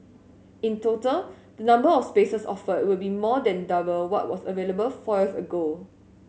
in total the number of spaces offered will be more than double what was available four years ago